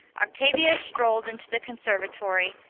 octavia strolled into the conservatory,